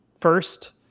first